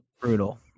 brutal